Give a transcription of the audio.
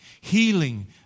healing